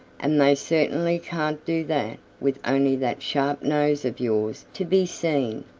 and they certainly can't do that with only that sharp nose of yours to be seen.